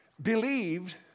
Believed